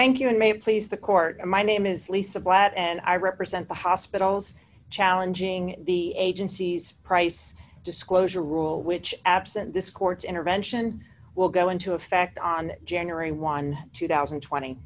thank you and may it please the court my name is lisa blat and i represent the hospitals challenging the agency's price disclosure rule which absent this court's intervention will go into effect on january one two thousand and twenty